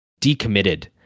decommitted